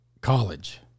college